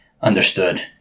understood